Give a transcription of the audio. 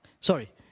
sorry